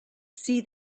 see